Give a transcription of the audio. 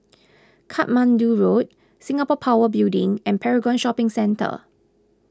Katmandu Road Singapore Power Building and Paragon Shopping Centre